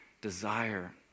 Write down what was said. desire